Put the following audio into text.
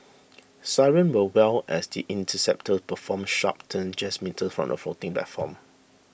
sirens will wail as the interceptors perform sharp turns just metres from the floating platform